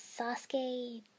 Sasuke